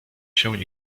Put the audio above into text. się